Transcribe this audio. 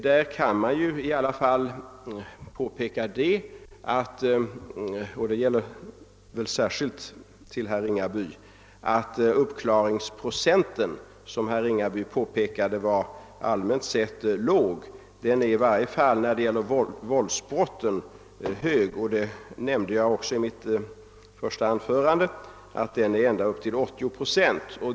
Då kan man emellertid peka på — och där vänder jag mig särskilt till herr Ringaby — att uppklaringsprocenten, som enligt herr Ringaby allmänt sett vore låg, i varje fall när det gäller våldsbrotten är hög. Jag nämnde i mitt första anförande att den ligger vid 80 procent.